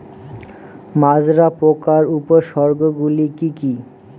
মাজরা পোকার উপসর্গগুলি কি কি?